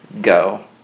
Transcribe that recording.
go